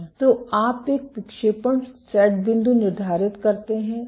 तो आप एक विक्षेपण सेट बिंदु निर्धारित करते हैं